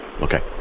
Okay